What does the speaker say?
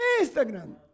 Instagram